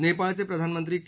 नेपाळचे प्रधानमंत्री के